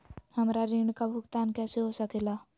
हमरा ऋण का भुगतान कैसे हो सके ला?